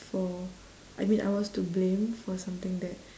for I mean I was to blame for something that